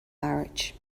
labhairt